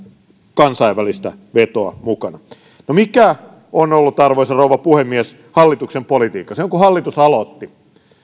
kansainvälistä vetoa no mikä on ollut arvoisa rouva puhemies hallituksen politiikka silloin kun hallitus aloitti